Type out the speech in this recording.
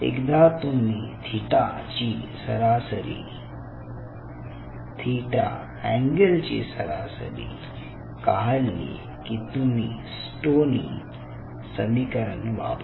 एकदा तुम्ही theta angle ची सरासरी काढली की तुम्ही स्टोनी समीकरण वापरा